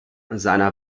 seiner